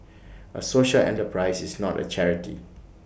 A social enterprise is not A charity